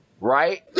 right